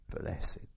Blessed